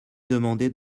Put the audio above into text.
demander